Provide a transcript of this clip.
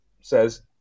says